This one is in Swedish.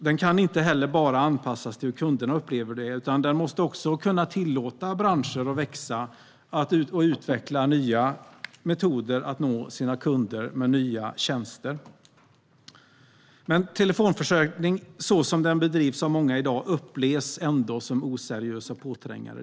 Den kan inte heller bara anpassas till hur kunderna upplever det, utan den måste också kunna tillåta branscher att växa och utveckla nya metoder att nå sina kunder med nya tjänster. Telefonförsäljning så som den bedrivs av många i dag upplevs ändå som oseriös och påträngande.